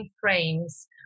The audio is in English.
frames